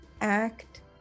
act